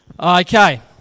Okay